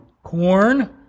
Corn